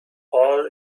all